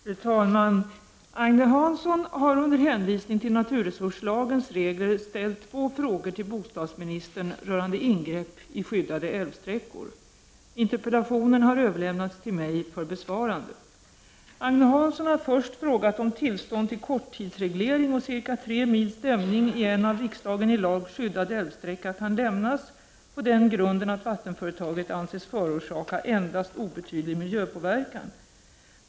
Fru talman! Agne Hansson har under hänvisning till naturresurslagens regler ställt två frågor till bostadsministern rörande ingrepp i skyddade älvsträckor. Interpellationen har överlämnats till mig för besvarande. Agne Hansson har först frågat huruvida tillstånd till korttidsreglering och cirka tre mils dämning i en av riksdagen i lag skyddad älvsträcka kan lämnas på den grunden att vattenföretaget anses förorsaka endast obetydlig miljöpåverkan.